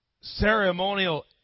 ceremonial